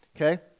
Okay